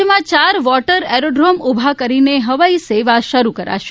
રાજ્યમાં ચાર water aerodrome ઊભા કરીને હવાઈ સેવા શરૂ કરાશે